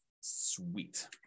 Sweet